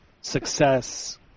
success